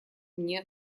мне